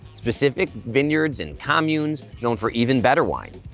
specific vineyards and communes known for even better wine.